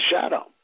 shadow